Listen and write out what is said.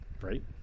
right